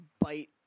bite